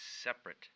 separate